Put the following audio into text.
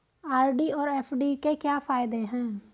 RD और FD के क्या फायदे हैं?